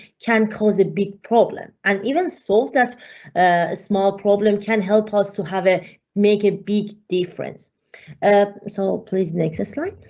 can cause a big problem and even solve that small problem. can help us to have a make a big difference so please make this like